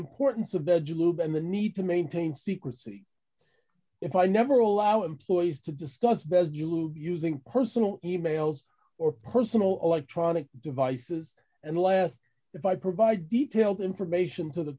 the need to maintain secrecy if i never allow employees to discuss using personal e mails or personal electronic devices and last if i provide detailed information to the